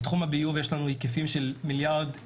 בתחום הביוב יש לנו היקפים של 1.45 מיליארד.